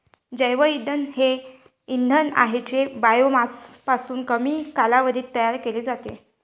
जैवइंधन हे एक इंधन आहे जे बायोमासपासून कमी कालावधीत तयार केले जाते